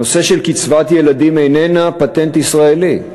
הנושא של קצבת ילדים אינו פטנט ישראלי.